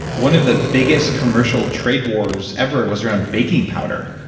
one of the biggest commercial trade wars ever, was around baking powder.